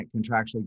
contractually